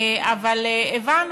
אבל הבנו.